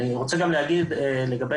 אני רוצה להגיב לדברים שנאמרו בהמשך.